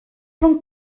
rhwng